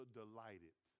delighted